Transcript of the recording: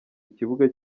ikibuga